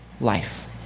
life